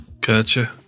Gotcha